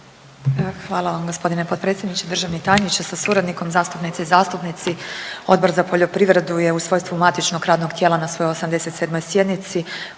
Hvala vam g. potpredsjedniče. Državni tajniče sa suradnikom, zastupnice i zastupnici. Odbor za poljoprivredu je u svojstvu matičnog radnog tijela na svojoj 87. sjednici